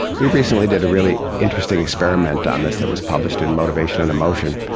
we recently did a really interesting experiment on this that was published in motivation and emotion,